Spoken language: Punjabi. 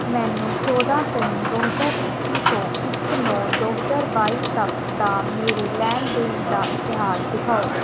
ਮੈਨੂੰ ਚੌਦ੍ਹਾਂ ਤਿੰਨ ਦੋ ਹਜ਼ਾਰ ਇੱਕੀ ਤੋਂ ਇੱਕ ਨੌ ਦੋ ਹਜ਼ਾਰ ਬਾਈ ਤੱਕ ਦਾ ਮੇਰੇ ਲੈਣ ਦੇਣ ਦਾ ਇਤਿਹਾਸ ਦਿਖਾਓ